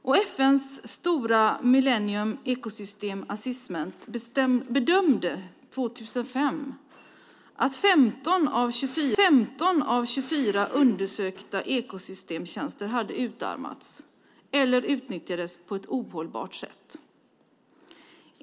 I FN:s stora Millennium Ecosystem Assessment bedömde man 2005 att 15 av 24 undersökta ekosystemtjänster hade utarmats eller utnyttjades på ett ohållbart sätt.